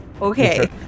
okay